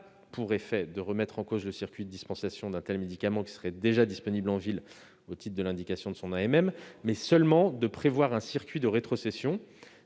pour effet non pas de remettre en cause le circuit de dispensation d'un médicament qui serait déjà disponible en ville au titre de l'indication de son AMM, mais de prévoir un circuit de rétrocession,